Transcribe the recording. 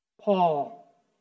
Paul